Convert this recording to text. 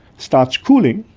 starts cooling,